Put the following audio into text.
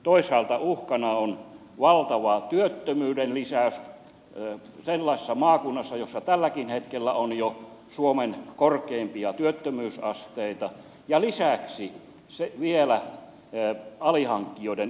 toisaalta uhkana on valtava työttömyyden lisäys sellaisessa maakunnassa jossa tälläkin hetkellä on jo suomen korkeimpia työttömyysasteita ja lisäksi vielä alihankkijoiden ongelmat